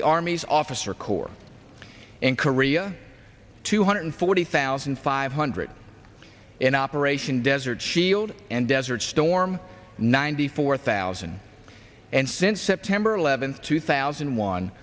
the army's officer corps in korea two hundred forty thousand five hundred in operation desert shield and desert storm ninety four thousand and since september eleventh two thousand and one